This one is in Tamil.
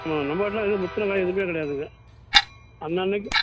ம் நம்ம கிட்டேல்லாம் எதுவும் முற்றின காய் எதுவுமே கிடையாதுங்க அன்னன்னைக்கு